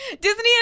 Disney